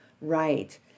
right